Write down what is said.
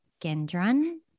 Gendron